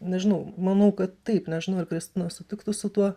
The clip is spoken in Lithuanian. nežinau manau kad taip nežinau ar kristina sutiktų su tuo